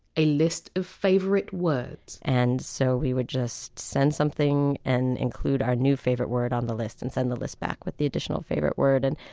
a list of favourite words and so we would just send something and include our new favorite word on the list and send the list back with the additional favorite word and